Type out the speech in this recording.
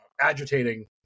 agitating